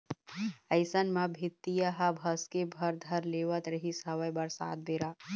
अइसन म भीतिया ह भसके बर धर लेवत रिहिस हवय बरसात बेरा